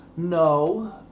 no